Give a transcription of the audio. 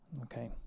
Okay